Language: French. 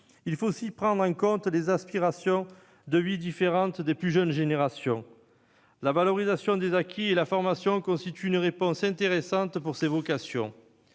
il faut aussi prendre en compte les aspirations de vie, qui sont différentes, des plus jeunes générations. La valorisation des acquis et la formation constituent des réponses intéressantes pour ces vocations.